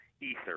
ether